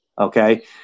okay